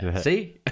See